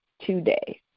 today